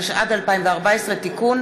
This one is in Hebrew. התשע"ד 2014 (תיקון),